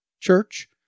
Church